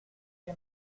que